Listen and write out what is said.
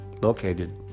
located